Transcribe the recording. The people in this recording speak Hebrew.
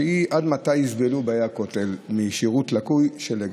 שהיא עד מתי יסבלו באי הכותל משירות לקוי של אגד.